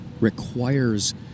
requires